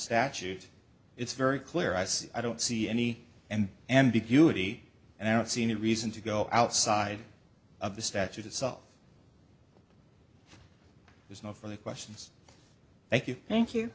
statute it's very clear i see i don't see any and ambiguity and i don't see any reason to go outside of the statute itself there's no further questions thank you thank you